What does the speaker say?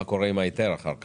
מה קורה עם ההיתר אחר כך?